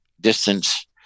distance